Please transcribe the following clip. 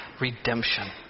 redemption